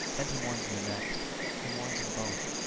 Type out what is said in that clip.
and he mourns in the next he mourns in both.